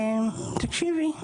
תקשיבי,